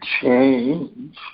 change